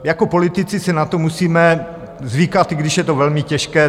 Jako politici si na to musíme zvykat, i když je to velmi těžké.